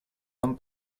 homme